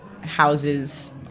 houses